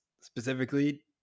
specifically